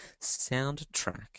soundtrack